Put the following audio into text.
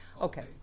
Okay